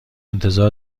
انتظار